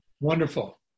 Wonderful